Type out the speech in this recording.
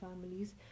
families